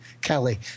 Kelly